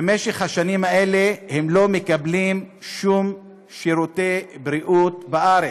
במשך השנים האלה הם לא מקבלים שום שירותי בריאות בארץ,